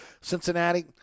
Cincinnati